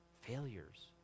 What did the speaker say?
failures